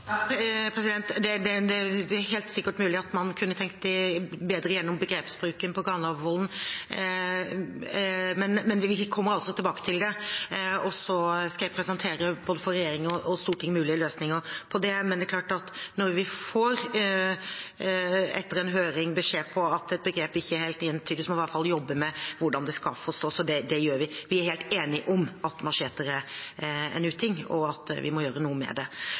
Det er helt sikkert mulig at man kunne tenkt bedre igjennom begrepsbruken på Granavolden, men vi kommer altså tilbake til det. Jeg skal presentere for både regjering og storting mulige løsninger på det. Når vi etter en høring får beskjed om at et begrep ikke er helt entydig, må man i hvert fall helt klart jobbe med hvordan det skal forstås, og det gjør vi. Vi er helt enige om at macheter er en uting, og at vi må gjøre noe med det.